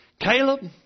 Caleb